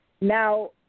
Now